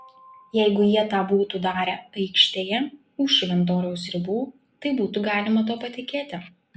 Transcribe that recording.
jeigu jie tą būtų darę aikštėje už šventoriaus ribų tai būtų galima tuo patikėti